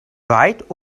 weit